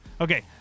Okay